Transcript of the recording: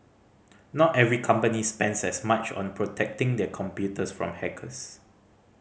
not every company spends as much on protecting their computers from hackers